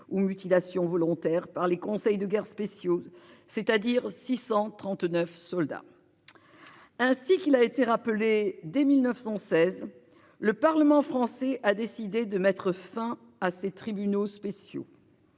ou mutilations volontaires par les conseils de guerre spéciaux, c'est-à-dire 639 soldats. Ainsi qu'il a été rappelé dès 1916. Le parlement français a décidé de mettre fin à ces tribunaux spéciaux.